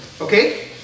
Okay